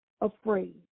afraid